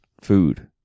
food